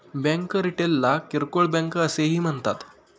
bank रिटेलला किरकोळ bank असेही म्हणतात